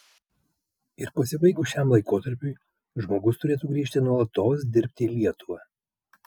ir pasibaigus šiam laikotarpiui žmogus turėtų grįžti nuolatos dirbti į lietuvą